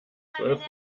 zwölf